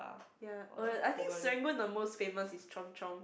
ya uh I think Serangoon the most famous is Chomp-Chomp